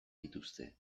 dituzte